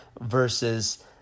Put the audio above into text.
versus